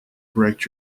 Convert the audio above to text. correct